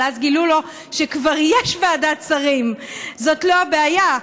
אבל אז גילו לו שכבר יש ועדת שרים, זאת לא הבעיה.